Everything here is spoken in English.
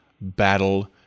battle